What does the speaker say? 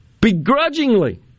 begrudgingly